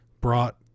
brought